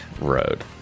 road